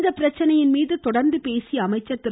இப்பிரச்சனையின் மீது தொடர்ந்து பேசிய அமைச்சர் திரு